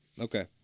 Okay